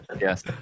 Yes